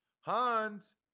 Hans